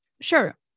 Sure